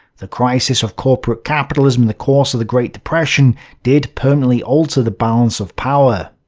the crisis of corporate capitalism in the course of the great depression did permanently alter the balance of power.